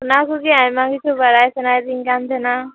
ᱚᱱᱟ ᱠᱚᱜᱮ ᱟᱭᱢᱟ ᱠᱤᱪᱷᱩ ᱵᱟᱲᱟᱭ ᱥᱟᱱᱟᱫᱤᱧ ᱠᱟᱱ ᱛᱟᱦᱮᱸᱱᱟ